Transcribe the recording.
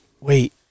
wait